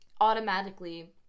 automatically